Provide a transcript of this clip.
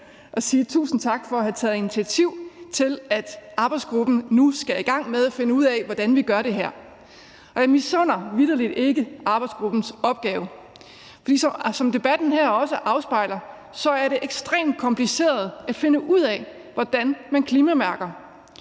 og sige tusind tak for at have taget initiativ til, at arbejdsgruppen nu skal i gang med at finde ud af, hvordan vi gør det her. Jeg misunder vitterligt ikke arbejdsgruppen dens opgave, for som debatten også afspejler, er det ekstremt kompliceret at finde ud af, hvordan man klimamærker.